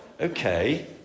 Okay